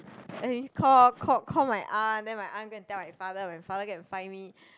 eh call call call my aunt then my aunt go and tell my father my father go and find me